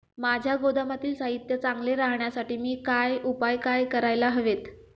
माझ्या गोदामातील साहित्य चांगले राहण्यासाठी मी काय उपाय काय करायला हवेत?